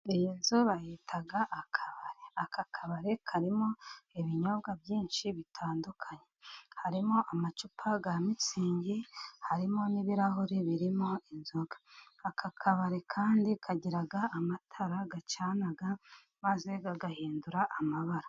Iyo nzu bayita akabare. Aka kabari karimo ibinyobwa byinshi bitandukanye. Harimo amacupa ya mitsingi, harimo n'ibirahuri birimo inzoga. Aka kabari kandi kagira amatara acana, maze kagahindura amabara.